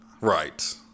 Right